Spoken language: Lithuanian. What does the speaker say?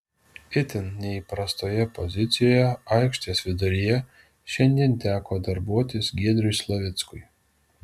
itin neįprastoje pozicijoje aikštės viduryje šiandien teko darbuotis giedriui slavickui